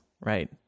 right